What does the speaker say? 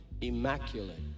immaculate